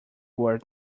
were